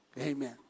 Amen